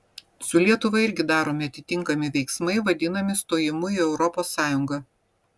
su lietuva irgi daromi atitinkami veiksmai vadinami stojimu į europos sąjungą